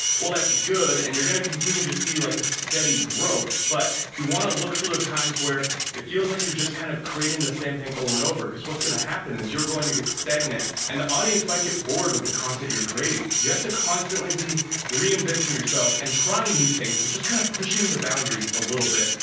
well, that's good and you're continue to to see like a steady growth but you wanna look for those times where it feels like you're just kind of creating the same thing over and over cause what's gonna happen is you're going to get stagnant and the audience might get bored with the content you're creating. you have to constantly be reinventing yourself and trying new things and just kinda kind of pushing the boundaries a little bit.